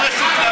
תבקשי רשות,